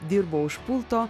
dirbo už pulto